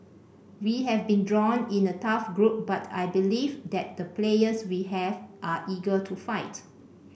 we have been drawn in a tough group but I believe that the players we have are eager to fight